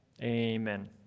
Amen